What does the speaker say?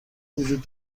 وجود